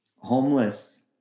Homeless